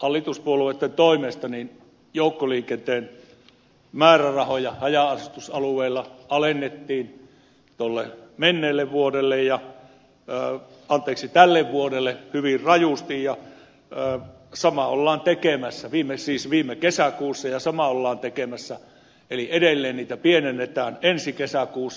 hallituspuolueitten toimesta joukkoliikenteen määrärahoja haja asutusalueilla alennettiin tulleet menneelle vuodelle ja tälle anteeksi tälle vuodelle hyvin rajusti ja olla sama ollaan tekemässä viime siis viime kesäkuussa ja sama ollaan tekemässä eli edelleen niitä pienennetään ensi kesäkuussa